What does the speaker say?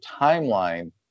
timeline